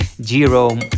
Jerome